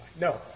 No